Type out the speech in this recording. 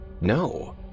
no